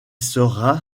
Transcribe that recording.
sera